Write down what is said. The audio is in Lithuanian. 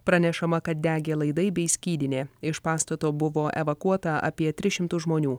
pranešama kad degė laidai bei skydinė iš pastato buvo evakuota apie tris šimtus žmonių